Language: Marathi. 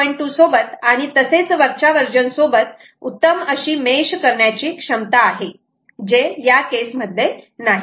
2 सोबत आणि तसेच वरच्या वर्जन सोबत उत्तम अशी मेश करण्याची क्षमता आहे जे या केस मध्ये नाही